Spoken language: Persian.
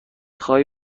خواهی